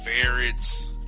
ferrets